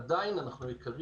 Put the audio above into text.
עדיין אנחנו יקרים